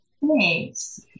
thanks